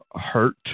hurt